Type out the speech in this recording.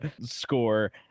score